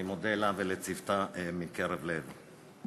אני מודה לה ולצוותה מקרב לב.